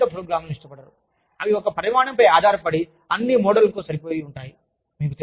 వారు ఆధారిత ప్రోగ్రామ్లను ఇష్టపడరు అవి ఒక పరిమాణంపై ఆధారపడి అన్ని మోడల్కు సరిపోలి ఉంటాయి